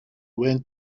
went